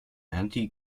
anti